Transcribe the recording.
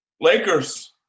Lakers